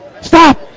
stop